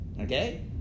okay